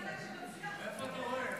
איפה אתה רואה?